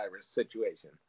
situation